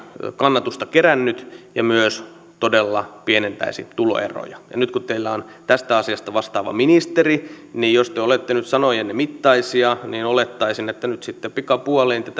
kannatusta kerännyt ja myös todella pienentäisi tuloeroja nyt kun teillä on tästä asiasta vastaava ministeri niin jos te olette nyt sanojenne mittaisia olettaisin että nyt sitten pikapuoliin